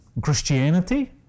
Christianity